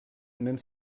même